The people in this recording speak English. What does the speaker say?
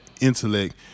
intellect